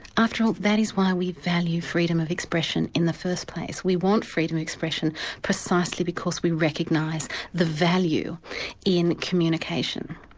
after all, that is why we value freedom of expression in the first place. we want freedom of expression precisely because we recognise the value in communication.